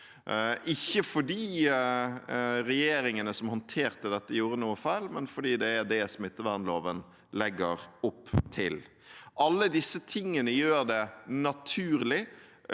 ikke fordi regjeringene som håndterte dette, gjorde noe feil, men fordi det er det smittevernloven legger opp til. Alt dette gjør det naturlig